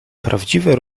prawdziwe